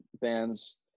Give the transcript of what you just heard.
bands